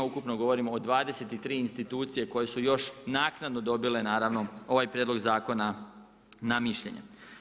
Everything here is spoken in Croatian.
Ukupno govorimo o 23 institucije koje su još naknadno dobile ovaj prijedlog zakona na mišljenje.